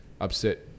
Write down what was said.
upset